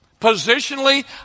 Positionally